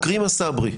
עכרמה סברי.